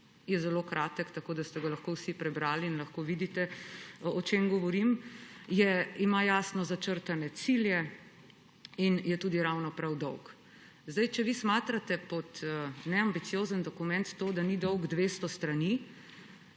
je zelo kratek, tako da ste ga lahko vsi prebrali in lahko vidite, o čem govorim, ima jasno začrtane cilje in je tudi ravno prav dolg. Če vi smatrate pod neambiciozen dokument to, da ni dolg 200 strani,